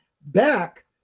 back